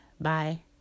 Bye